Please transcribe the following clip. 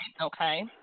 Okay